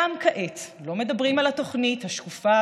גם כעת לא מדברים על התוכנית השקופה